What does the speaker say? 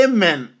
Amen